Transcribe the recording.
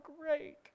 great